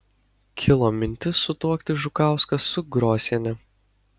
kilo mintis sutuokti žukauską su grosiene